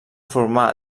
formà